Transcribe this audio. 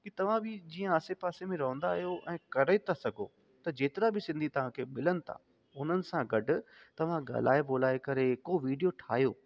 के तव्हां बि जीअं आसे पासे में रहंदा आहियो ऐं करे था सघो त जेतिरा बि सिंधी तव्हां खे मिलनि था उन्हनि सां गॾु तव्हां ॻाल्हाए ॿोलाए करे को वीडियो ठाहियो